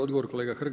Odgovor kolega Hrg.